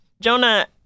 Jonah